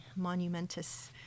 monumentous